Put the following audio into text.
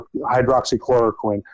hydroxychloroquine